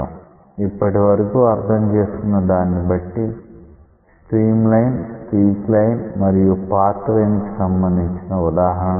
ఇప్పటివరకు అర్ధం చేసుకున్న దాన్ని బట్టి స్ట్రీమ్ లైన్ స్ట్రీక్ లైన్ మరియు పాత్ లైన్ కి సంబంధించిన ఉదాహరణ చూద్దాం